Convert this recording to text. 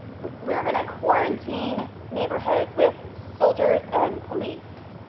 we're gonna quarantine neighborhoods with soldiers and police,